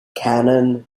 canon